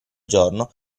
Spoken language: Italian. giorno